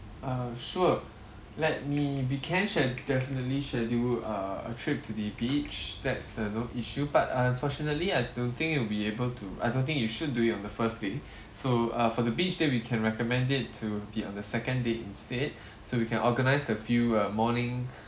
uh sure let me we can sche~ definitely schedule uh a trip to the beach that's uh no issue but unfortunately I don't think you will be able to I don't think you should do it on the first day so uh for the beach date we can recommend it to be on the second date instead so we can organize a few uh morning